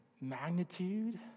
Magnitude